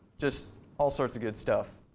just all sorts of good stuff.